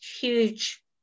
huge